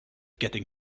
getting